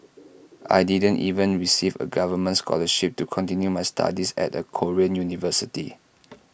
I didn't even receive A government scholarship to continue my studies at A Korean university